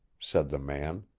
said the man.